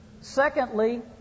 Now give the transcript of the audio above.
Secondly